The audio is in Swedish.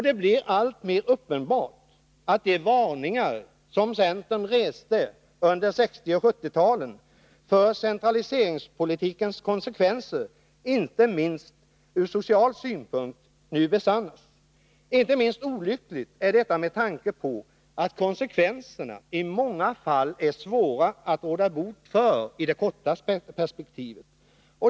Det blir alltmer uppenbart att de varningar som centern reste under 1960 och 1970-talen för centraliseringspolitikens konsekvenser, inte minst ur social synpunkt, nu besannas. Inte minst olyckligt är detta med tanke på att konsekvenserna i många fall är svåra att råda bot för i det korta perspektivet.